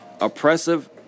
Oppressive